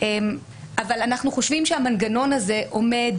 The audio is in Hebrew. אבל אנחנו חושבים שהמנגנון הזה עומד